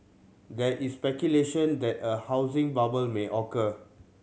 there is speculation that a housing bubble may occur